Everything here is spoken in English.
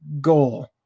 goal